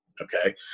Okay